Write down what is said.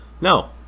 no